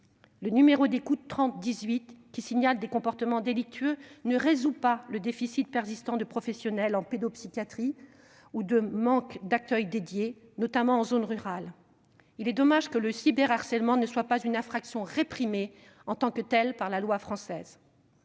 Le numéro d'écoute 3018, qui permet de signaler des comportements délictueux, ne résout pas le déficit persistant de professionnels en pédopsychiatrie ou le manque d'accueil dédié, notamment en zone rurale. Il est dommage que le cyberharcèlement ne soit pas une infraction réprimée en tant que telle par la loi française.